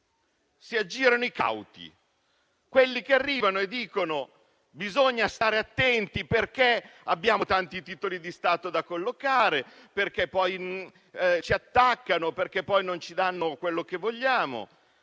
si aggirino i cauti, quelli che arrivano e dicono che bisogna stare attenti perché abbiamo tanti titoli di Stato da collocare, perché poi ci attaccano, perché poi non ci danno quello che vogliamo.